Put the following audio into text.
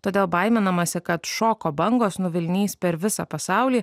todėl baiminamasi kad šoko bangos nuvilnys per visą pasaulį